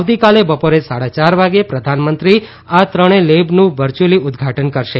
આવતીકાલે બપોરે સાડા ચાર વાગે પ્રધાનમંત્રી આ ત્રણેય લેબનું વર્ચ્યુઅલી ઉદઘાટન કરશે